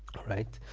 alright?